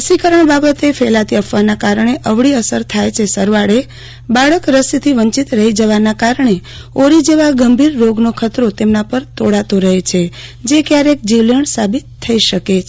રસીકરણ બાબતે ફેલાતી અફવાના કારણે અવળી અસર થાય છે સરવાળે બાળક રસીથી વંચિત રફી જવાના કારણે ઓરી જેવા ગંભીર રોગનો ખતરો તેમના પર તોળાતો રફે છે જે ક્યારેક જીવલેણ સાબિત થઇ શકે છે